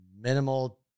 minimal